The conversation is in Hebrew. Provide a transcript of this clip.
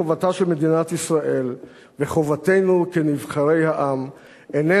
חובתה של מדינת ישראל וחובתנו כנבחרי העם אינה